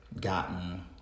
gotten